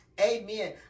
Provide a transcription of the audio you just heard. Amen